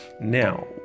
Now